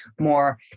more